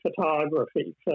photography